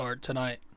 tonight